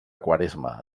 quaresma